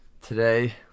today